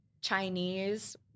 Chinese